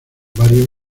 varios